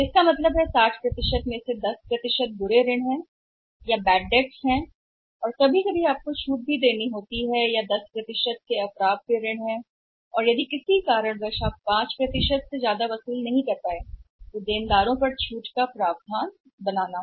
तो इसका मतलब है कि 60 में से 10 भी बुरे ऋण हैं और कुछ समय आपको देना होगा छूट या ऐसा कुछ जो 10 खराब ऋण है या अन्य कारणों से आप सक्षम नहीं हैं 5 की वसूली करने के लिए देनदार के लिए प्रावधान करने पर अधिक छूट देने के लिए या लिया कुछ भी